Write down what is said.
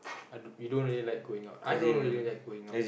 I d~ you don't really like going out I don't really like going out